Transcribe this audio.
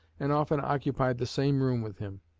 and often occupied the same room with him.